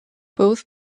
both